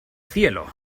cielo